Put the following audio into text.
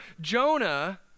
Jonah